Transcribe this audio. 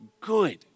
good